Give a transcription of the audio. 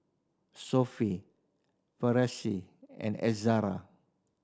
Sophie and Ezra